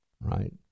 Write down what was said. right